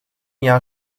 jahr